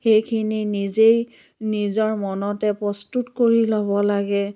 সেইখিনি নিজেই নিজৰ মনতে প্ৰস্তুত কৰি ল'ব লাগে